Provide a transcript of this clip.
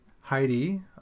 Heidi